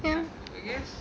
ya